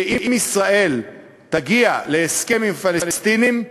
שאם ישראל תגיע להסכם עם הפלסטינים,